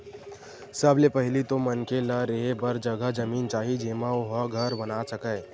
सबले पहिली तो मनखे ल रेहे बर जघा जमीन चाही जेमा ओ ह घर बना सकय